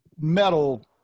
metal